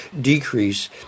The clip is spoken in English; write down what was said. decrease